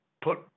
put